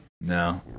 no